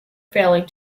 failing